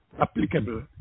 applicable